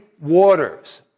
waters